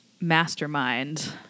mastermind